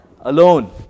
alone